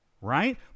right